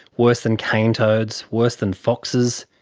worse than cane toads, worse than foxes,